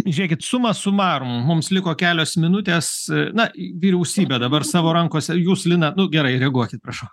žiūrėkit suma sumarum mums liko kelios minutės na vyriausybė dabar savo rankose jūs lina nu gerai reaguokit prašau